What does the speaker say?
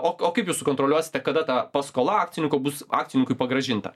o kaip jūs sukontroliuosite kada ta paskola akcininkų bus akcininkui pagrąžinta